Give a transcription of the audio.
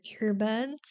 earbuds